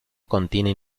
contiene